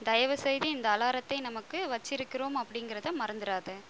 தயவுசெய்து இந்த அலாரத்தை நமக்கு வைச்சிருக்கிறோம் அப்படிங்கிறதை மறந்துறாதே